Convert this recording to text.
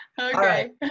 Okay